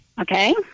Okay